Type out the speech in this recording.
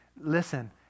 Listen